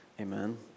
Amen